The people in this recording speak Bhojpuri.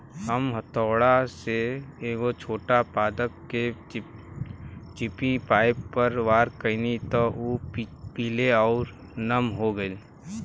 हम हथौड़ा से एगो छोट पादप के चिपचिपी पॉइंट पर वार कैनी त उ पीले आउर नम हो गईल